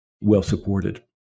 well-supported